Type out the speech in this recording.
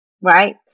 right